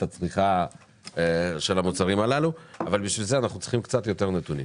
הצריכה של המוצרים הללו אבל לשם כך אנחנו צריכים קצת יותר נתונים.